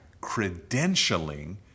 credentialing